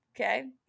Okay